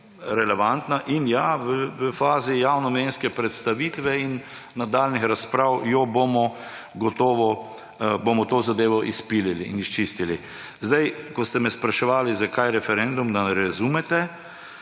relevantna in v fazi javnomnenjske predstavitve in nadaljnjih razprav bomo gotovo to zadevo izpilili in izčistili. Ko ste me spraševali, zakaj referendum, da ne razumete.